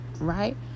right